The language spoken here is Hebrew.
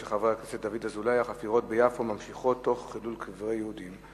של חבר הכנסת דוד אזולאי: החפירות ביפו וחילול קברי יהודים,